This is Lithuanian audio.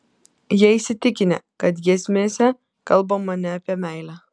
jie įsitikinę kad giesmėse kalbama ne apie meilę